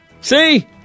See